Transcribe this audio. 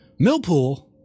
Millpool